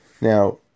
now